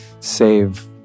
save